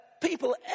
people